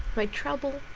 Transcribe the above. my trouble,